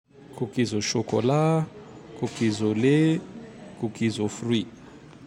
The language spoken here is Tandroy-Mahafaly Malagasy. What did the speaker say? Cookies au chocolat, cookies au lait, cookies au fruit.